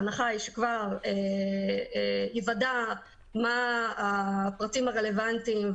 ההנחה היא שכבר ייוודע מה הפרטים הרלוונטיים,